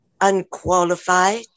unqualified